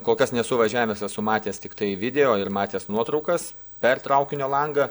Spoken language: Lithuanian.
kol kas nesu važiavęs esu matęs tiktai video ir matęs nuotraukas per traukinio langą